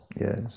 Yes